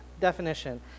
definition